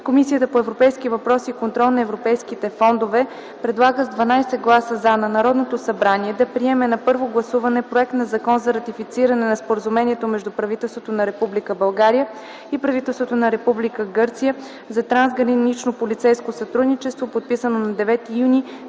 Комисията по европейските въпроси и контрол на европейските фондове предлага с 12 гласа „за” на Народното събрание да приеме на първо гласуване Законопроект за ратифициране на Споразумението между правителството на Република България и правителството на Република Гърция за трансгранично полицейско сътрудничество, подписано на 9 юни 2010